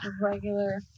regular